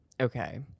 okay